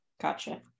gotcha